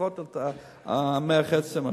לפחות השתלת מח העצם השלישית.